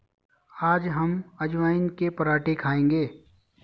आज हम अजवाइन के पराठे खाएंगे